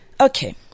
Okay